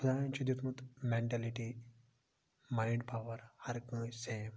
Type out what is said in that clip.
خۄدایَن چھ دیُتمُت میٚنٹیلِٹی مایِنٛڈ پاوَر ہر کٲنٛسہِ سیم